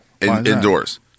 Indoors